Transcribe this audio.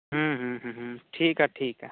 ᱦᱮᱸ ᱦᱮᱸ ᱦᱮᱸ ᱴᱷᱤᱠᱟ ᱴᱷᱤᱠᱟ